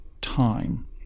time